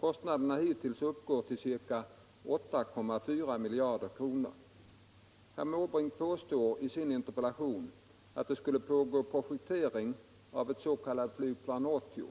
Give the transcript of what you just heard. Kostnaderna hittills uppgår till ca 8,4 miljarder kronor. Herr Måbrink påstår i sin interpellation att det skulle pågå projektering av ett s.k. flygplan 80.